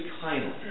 kindly